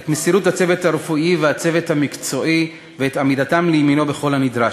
מסירות הצוות הרפואי והצוות המקצועי ועמידתם לימינו בכל הנדרש.